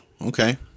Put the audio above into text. okay